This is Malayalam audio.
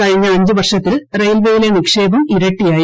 കഴിഞ്ഞ അഞ്ച് വർഷത്തിൽ റെയിൽവേയിലെ നിക്ഷേപം ഇരട്ടിയായി